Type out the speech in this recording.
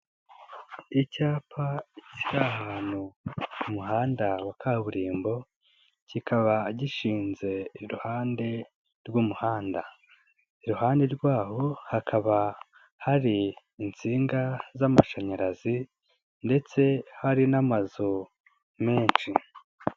Icyapa kiri ahantu k'umuhanda wa kaburimbo, kikaba gishinze iruhande rw'umuhanda. Iruhande r'waho hakaba hari insinga z'amashanyarazi ndetse hari n'amazu menshi.